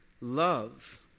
Love